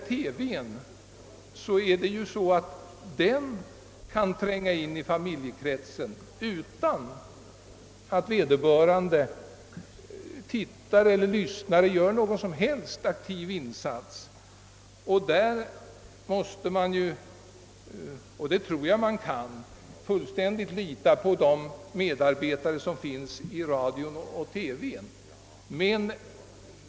TV:n kan däremot tränga in i familjekretsen utan att vederbörande tittare eller lyssnare gör någon som helst aktiv insats. Därvidlag måste man — vilket jag också är fullt övertygad om att man kan göra — lita på de medarbetare som verkar i radio och TV.